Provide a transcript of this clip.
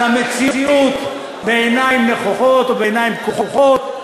על המציאות בעיניים נכוחות או בעיניים פקוחות.